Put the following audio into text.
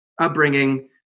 upbringing